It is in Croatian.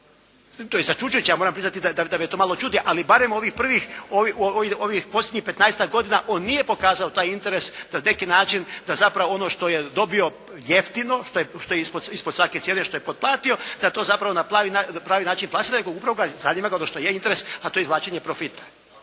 To je začuđujuće. Moram priznati da me to malo čudi. Ali barem ovih prvih, ovih posljednjih petnaestak godina on nije pokazao taj interes da na neki način, da zapravo ono što je dobio jeftino, što je ispod svake cijene, što je potplatio da to zapravo na pravni način plasira, nego upravo ga zanima ono što je interes, a to je izvlačenje profita.